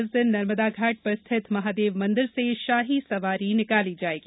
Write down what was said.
इस दिन नर्मदा घाट पर स्थित महादेव मंदिर से शाही सवारी निकाली जायेगी